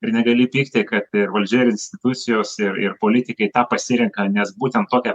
ir negali teigti kad valdžia ir institucijos ir ir politikai tą pasirenka nes būtent tokia